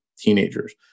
teenagers